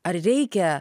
ar reikia